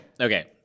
Okay